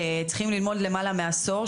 צריכים ללמוד למעלה מעשור,